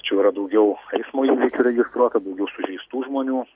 čia jau yra daugiau eismo įvykių registruota daugiau sužeistų žmonių